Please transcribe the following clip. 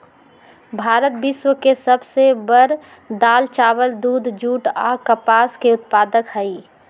भारत विश्व के सब से बड़ दाल, चावल, दूध, जुट आ कपास के उत्पादक हई